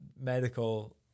medical